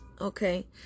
Okay